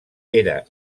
era